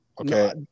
Okay